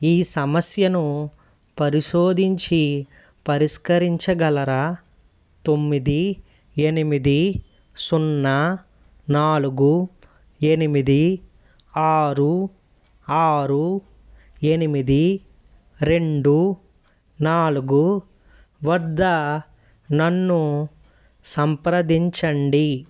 ఈ సమస్యను పరిశోధించి పరిష్కరించగలరా తొమ్మిది ఎనిమిది సున్నా నాలుగు ఎనిమిది ఆరు ఆరు ఎనిమిది రెండు నాలుగు వద్ద నన్ను సంప్రదించండి